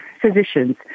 physicians